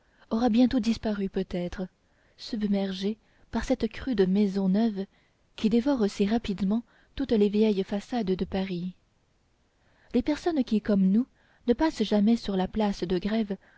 aura bientôt disparu peut-être submergée par cette crue de maisons neuves qui dévore si rapidement toutes les vieilles façades de paris les personnes qui comme nous ne passent jamais sur la place de grève